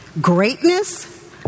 greatness